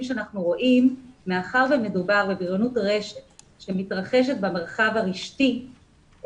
שאנחנו רואים הוא שמאחר שמדובר בבריונות רשת שמתרחשת במרחב הרשתי,